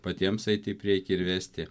patiems eiti į priekį ir vesti